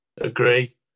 Agree